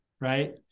right